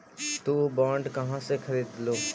तु बॉन्ड कहा से खरीदलू?